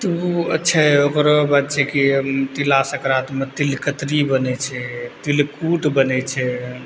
तऽ उ छै ओकरो बाद छै की तिला सङ्करातमे तिल कतरी बनै छै तिलकुट बनै छै